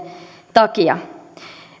takia